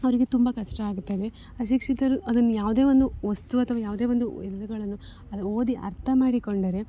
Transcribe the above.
ಅವರಿಗೆ ತುಂಬ ಕಷ್ಟ ಆಗುತ್ತದೆ ಅಶಿಕ್ಷಿತರು ಅದನ್ನು ಯಾವುದೇ ಒಂದು ವಸ್ತು ಅಥವಾ ಯಾವುದೇ ಒಂದು ಗಳನ್ನು ಅದು ಓದಿ ಅರ್ಥ ಮಾಡಿಕೊಂಡರೆ